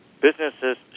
Businesses